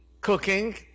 Cooking